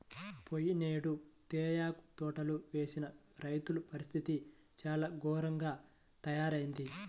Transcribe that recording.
పోయినేడు తేయాకు తోటలు వేసిన రైతుల పరిస్థితి చాలా ఘోరంగా తయ్యారయింది